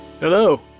Hello